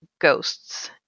ghosts